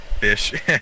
Fish